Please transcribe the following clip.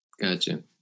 Gotcha